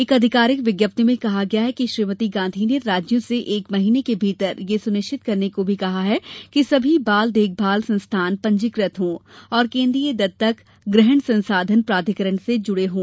एक अधिकारिक विज्ञप्ति में कहा गया है कि श्रीमति गांधी ने राज्यों से एक महीने के भीतर यह सुनिश्चित करने को भी कहा कि सभी बाल देखभाल संस्थान पंजीकृत हों और केन्द्रीय दत्तक ग्रहण संसाधन प्राधिकरण से जूड़े हए हों